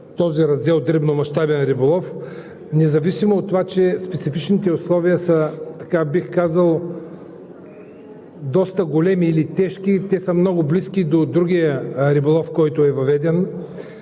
този раздел „Дребномащабен риболов“, независимо от това че специфичните условия са, бих казал, доста големи или тежки и те са много близки до другия риболов, който е въведен.